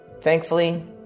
Thankfully